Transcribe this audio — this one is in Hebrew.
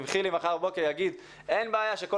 אם חילי מחר בבוקר יגיד שאין בעיה שכל